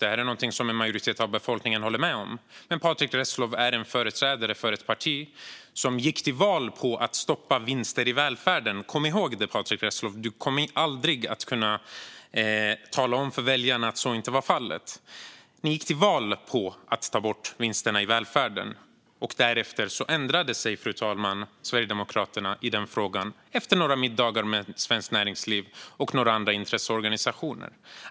Det är någonting som en majoritet av befolkningen håller med om. Patrick Reslow är företrädare för ett parti som gick till val på att stoppa vinster i välfärden. Kom ihåg det, Patrick Reslow! Du kommer aldrig att kunna säga till väljarna att så inte var fallet. Ni gick till val på att ta bort vinsterna i välfärden. Därefter, fru talman, ändrade sig Sverigedemokraterna i den frågan efter några middagar med Svenskt Näringsliv och några andra intresseorganisationer.